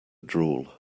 drool